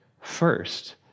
first